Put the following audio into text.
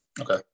okay